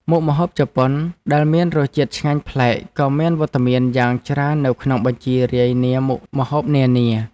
មុខម្ហូបជប៉ុនដែលមានរសជាតិឆ្ងាញ់ប្លែកក៏មានវត្តមានយ៉ាងច្រើននៅក្នុងបញ្ជីរាយនាមមុខម្ហូបនានា។